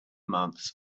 months